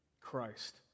Christ